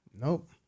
nope